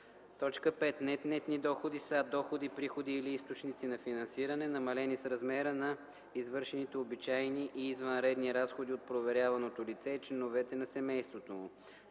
5. „Нетни доходи” са доходи, приходи или източници на финансиране, намалени с размера на извършените обичайни и извънредни разходи от проверяваното лице и членовете на семейството